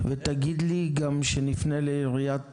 ותגיד לי גם שנפנה לעיריית